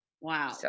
Wow